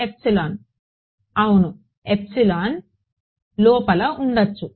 అవును లోపల ఉండవచ్చు